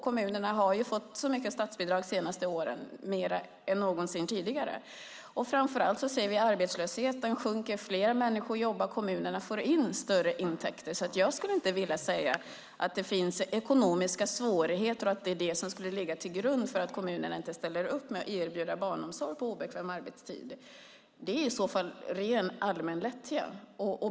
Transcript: Kommunerna har ju fått mycket statsbidrag de senaste åren, mer än någonsin tidigare. Framför allt ser vi att arbetslösheten sjunker. Fler människor jobbar. Kommunerna får in större intäkter. Därför skulle jag inte vilja säga att det finns ekonomiska svårigheter och att det är det som skulle ligga till grund för att kommunerna inte ställer upp med att erbjuda barnomsorg på obekväm arbetstid. Det är i så fall allmän lättja.